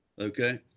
Okay